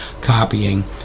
copying